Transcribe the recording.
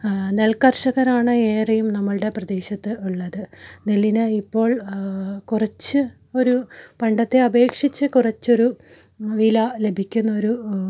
നെല്ല് കർഷകരാണ് ഏറെയും നമ്മളുടെ പ്രദേശത്ത് ഉള്ളത് നെല്ലിന് ഇപ്പോൾ കുറച്ച് ഒരു പണ്ടത്തെ അപേക്ഷിച്ച് കുറച്ചൊരു വില ലഭിക്കുന്ന ഒരു